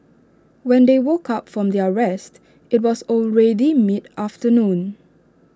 when they woke up from their rest IT was already mid afternoon